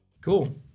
Cool